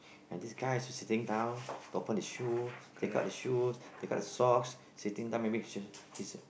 and this guy is just sitting down to open his shoe take out the shoe take out the socks sitting down maybe his shoes his